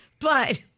But-